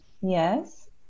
Yes